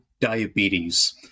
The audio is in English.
diabetes